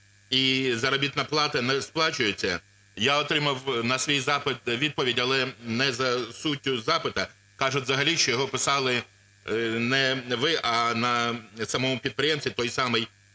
і заробітна плата не сплачується. Я отримав на свій запит відповідь, але не за суттю запиту, кажуть, взагалі, що його писали не ви, а на самому підприємстві, той самий